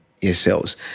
yourselves